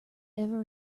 ever